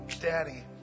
daddy